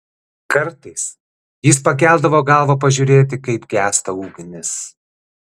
kartais jis pakeldavo galvą pažiūrėti kaip gęsta ugnis